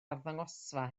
arddangosfa